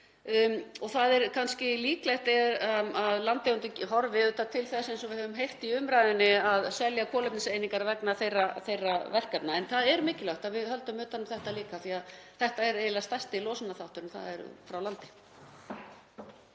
Það er kannski líklegt að landeigendur horfi auðvitað til þess, eins og við höfum heyrt í umræðunni, að selja kolefniseiningar vegna þeirra verkefna. En það er mikilvægt að við höldum utan um þetta líka því að þetta er eiginlega stærsti losunarþátturinn, þ.e. frá landi.